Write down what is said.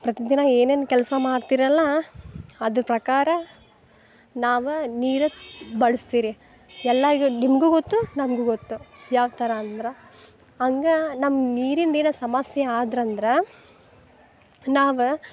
ಪ್ರತಿದಿನ ಏನೇನು ಕೆಲಸ ಮಾಡ್ತೀರಲ್ಲ ಅದ್ರ ಪ್ರಕಾರ ನಾವು ನೀರು ಬಳ್ಸ್ತಿರಿ ಎಲ್ಲ ಇದು ನಿಮಗೂ ಗೊತ್ತು ನಮಗೂ ಗೊತ್ತು ಯಾವ್ಥರ ಅಂದ್ರೆ ಅಂಗಾ ನಮ್ಮ ನೀರಿಂದೇನ ಸಮಸ್ಯೆ ಆದ್ರಂದ್ರೆ ನಾವು